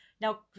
now